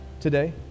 today